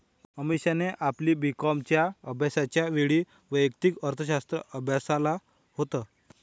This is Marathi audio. अमीषाने आपली बी कॉमच्या अभ्यासाच्या वेळी वैयक्तिक अर्थशास्त्र अभ्यासाल होत